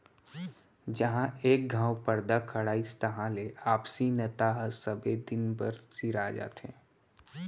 जहॉं एक घँव परदा खड़ाइस तहां ले आपसी नता ह सबे दिन बर सिरा जाथे